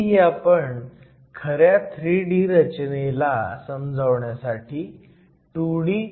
इथेही आपण खऱ्या 3D रचनेला समजवण्यासाठी 2D चा वापर करतोय